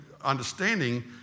understanding